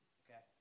okay